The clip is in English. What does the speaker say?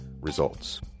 Results